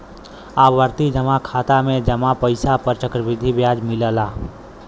आवर्ती जमा खाता में जमा पइसा पर चक्रवृद्धि ब्याज मिलला